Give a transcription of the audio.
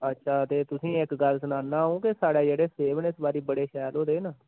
अच्छा ते तुसें इक गल्ल सनाना अ'ऊं के साढ़ै जेह्ड़े सेब न ओह् इस बारी बड़े शैल होए दे न